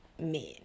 men